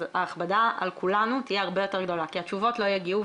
אז ההכבדה על כולנו תהיה הרב יותר גדולה כי התשובות לא יגיעו,